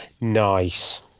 Nice